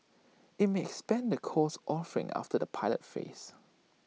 IT may expand the course offerings after the pilot phase